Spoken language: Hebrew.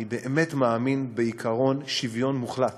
אני באמת מאמין בעקרון שוויון מוחלט